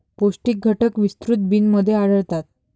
पौष्टिक घटक विस्तृत बिनमध्ये आढळतात